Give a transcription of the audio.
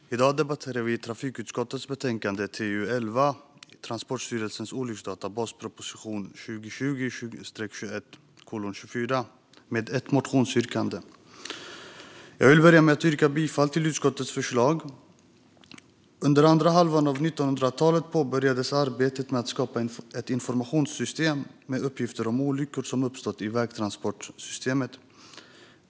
Fru talman! I dag debatterar vi trafikutskottets betänkande TU11 Transportstyrelsens olycksdatabas , proposition 2020/21:24 med ett motionsyrkande. Jag vill börja med att yrka bifall till utskottets förslag. Under andra halvan av 1900-talet påbörjades arbetet med att skapa ett informationssystem med uppgifter om olyckor som uppstått i vägtransportsystemet.